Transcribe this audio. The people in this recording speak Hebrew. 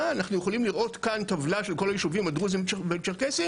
יכולים לראות כאן טבלה של כל היישובים הדרוזים והצ'רקסים.